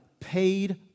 paid